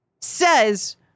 says